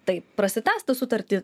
taip prasitęsti sutartį